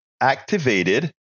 activated